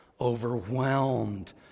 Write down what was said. overwhelmed